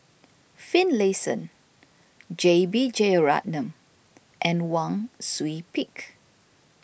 Finlayson J B Jeyaretnam and Wang Sui Pick